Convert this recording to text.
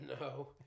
No